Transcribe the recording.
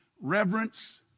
reverence